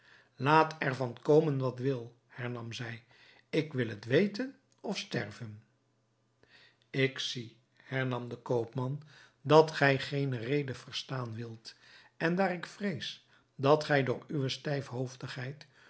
laat er van komen wat wil hernam zij ik wil het weten of sterven ik zie hernam de koopman dat gij geene rede verstaan wilt en daar ik vrees dat gij door uwe